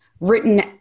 written